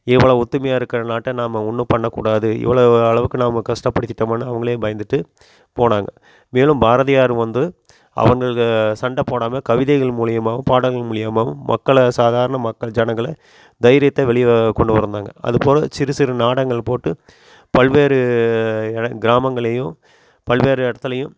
இவ்வளோ ஒத்துமையாக இருக்கிற நாட்டை நாம் ஒன்றும் பண்ணகூடாது இவ்வளோ அளவுக்கு நாம் கஷ்டபடுத்திட்டோமுன்னு அவங்களே பயந்துட்டு போனாங்க மேலும் பாரதியார் வந்து அவங்களுக்கு சண்டை போடாமல் கவிதைகள் மூலிமாவும் பாடல்கள் மூலிமாவும் மக்களை சாதாரண மக்கள் ஜனங்களை தைரியத்தை வெளியே கொண்டு வந்தாங்க அதுபோல் சிறு சிறு நாடகங்கள் போட்டு பல்வேறு இடங் கிராமங்களையும் பல்வேறு இடத்துலையும்